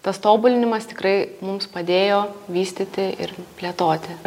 tas tobulinimas tikrai mums padėjo vystyti ir plėtoti